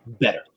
better